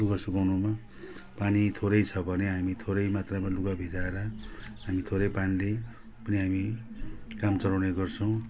लुगा सुकाउनुमा पानी थोरै छ भने हामी थोरै मात्रमा लुगा भिजाएर हामी थोरै पानीले अनि हामी काम चलाउने गर्छौँ